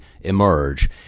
emerge